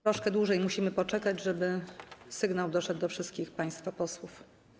Troszkę dłużej musimy poczekać, żeby sygnał doszedł do wszystkich państwa posłów.